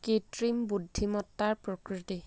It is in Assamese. কৃত্ৰিম বুদ্ধিমত্তাৰ প্ৰকৃতি